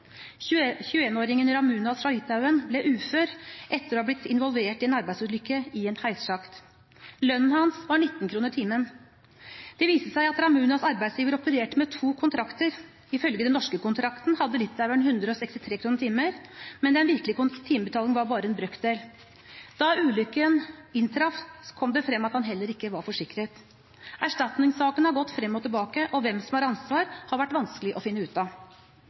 Ramunas fra Litauen ble ufør etter å ha vært involvert i en arbeidsulykke i en heissjakt. Lønnen hans var 19 kr i timen. Det viste seg at Ramunas’ arbeidsgiver opererte med to kontrakter. Ifølge den norske kontrakten hadde litaueren 163 kr i timen, men den virkelige timebetalingen var bare en brøkdel av dette. Da ulykken inntraff, kom det frem at han heller ikke var forsikret. Erstatningssaken har gått frem og tilbake, og hvem som har ansvaret, har vært vanskelig å finne ut av.